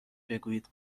بگویید